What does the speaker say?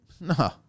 no